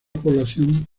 población